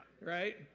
right